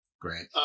great